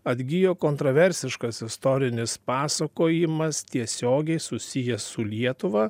atgijo kontroversiškas istorinis pasakojimas tiesiogiai susijęs su lietuva